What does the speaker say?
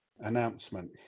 announcement